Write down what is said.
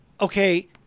okay